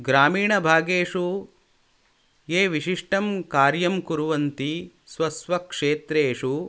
ग्रामीणभागेषु ये विशिष्टं कार्यं कुर्वन्ति स्व स्व क्षेत्रेषु